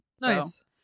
Nice